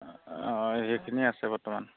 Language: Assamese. অঁ সেইখিনি আছে বৰ্তমান